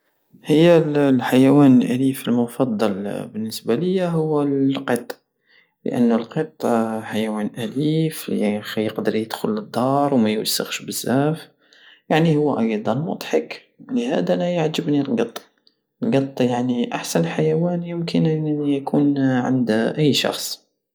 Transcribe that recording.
هي الحيوان الأليف بالنسبة لية هو القط لأن القط حيوان أليف يقدر يدخل لدار وميوسخش بزاف يعني هو أيضا مضحك لهذا أنا يعجبني القط القط يعني أحسن حيوان يمكن أن يكون عند أي شخص